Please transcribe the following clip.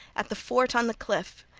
at the fort on the cliff,